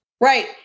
Right